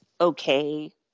okay